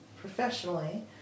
professionally